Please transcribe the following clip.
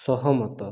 ସହମତ